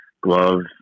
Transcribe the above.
gloves